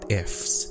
ifs